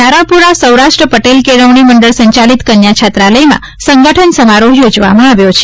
નારણપુરા સૌરાષ્ટ્ર પટેલ કેળવણી મંડળ સંચાલિત કન્યા છાત્રાલયમાં સંગઠન સમારોહ યોજવામાં આવ્યો છે